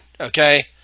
okay